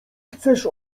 chcesz